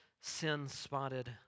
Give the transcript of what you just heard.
sin-spotted